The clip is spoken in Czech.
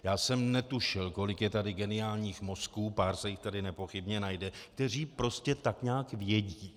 Já jsem netušil, kolik je tady geniálních mozků, pár se jich tady nepochybně najde, kteří prostě tak nějak vědí.